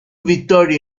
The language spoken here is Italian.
vittorio